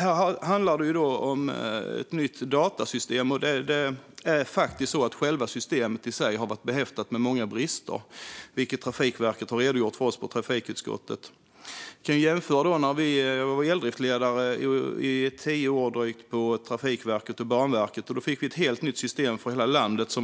Här handlar det om ett nytt datasystem, och själva systemet i sig har varit behäftat med många brister. Det har Trafikverket redogjort för hos oss i trafikutskottet. Jag kan jämföra med hur det var att vara eldriftledare under drygt tio år på Trafikverket och Banverket. Då fick vi ett helt nytt system som var likadant för